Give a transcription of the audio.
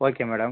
okay madam